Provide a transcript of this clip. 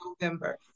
November